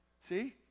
See